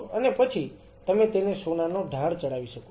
અને પછી તમે તેને સોનાનો ઢોળ ચડાવી શકો છો